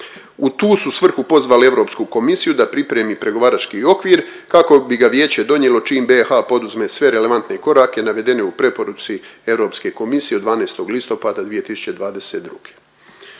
U tu su svrhu pozvali Europsku komisiju da pripremi pregovarači okvir kako bi ga vijeće donijelo čim BiH poduzme sve relevantne korake navedene u preporuci Europske komisije od 12. listopada 2022.